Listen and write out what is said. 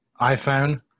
iPhone